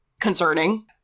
concerning